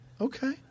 Okay